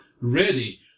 ready